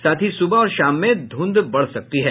साथ ही सुबह और शाम में धुंध बढ़ सकती है